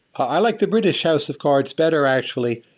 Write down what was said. i like the british house of card better, actually.